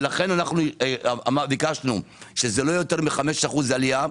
לכן ביקשנו שזה לא יהיה יותר מ-5% עלייה.